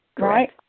right